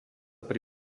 pri